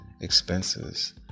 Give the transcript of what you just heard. expenses